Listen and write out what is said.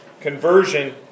Conversion